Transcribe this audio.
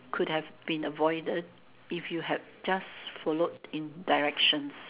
could have been avoided if you have just followed in directions